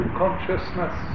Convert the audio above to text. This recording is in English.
consciousness